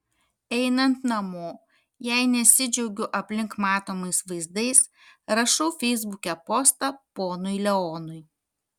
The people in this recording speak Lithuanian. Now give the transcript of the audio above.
einant namo jei nesidžiaugiu aplink matomais vaizdais rašau feisbuke postą ponui leonui